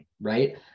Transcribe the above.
Right